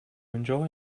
enjoy